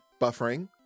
Buffering